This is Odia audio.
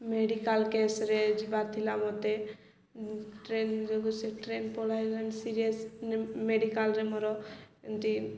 ମେଡ଼ିକାଲ୍ କେସ୍ରେ ଯିବାର ଥିଲା ମୋତେ ଟ୍ରେନ୍ ଯୋଗୁଁ ସେ ଟ୍ରେନ୍ ପଳାଇଲାଣି ସିରିୟସ୍ ମେଡ଼ିକାଲ୍ରେ ମୋର ଏମିତି